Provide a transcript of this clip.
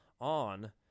on